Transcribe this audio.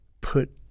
put